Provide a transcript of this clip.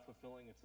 fulfilling